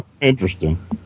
Interesting